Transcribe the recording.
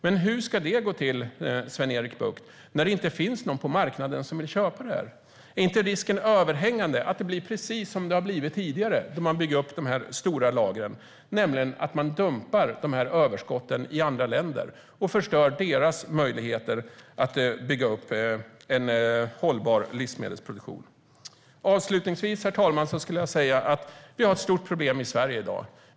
Men hur ska det gå till, Sven-Erik Bucht, när det inte finns någon på marknaden som vill köpa det? Är inte risken överhängande att det blir precis som det har blivit tidigare när man byggt upp de stora lagren, nämligen att man dumpar överskotten i andra länder och förstör deras möjligheter att bygga upp en hållbar livsmedelsproduktion? Herr talman! Avslutningsvis vill jag säga att vi har ett stort problem i Sverige i dag.